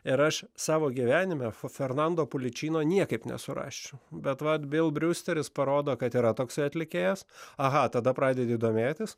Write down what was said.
ir aš savo gyvenime fernando poličino niekaip nesurasčiau bet vat bil briusteris parodo kad yra toksai atlikėjas aha tada pradedi domėtis